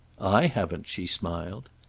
i haven't, she smiled.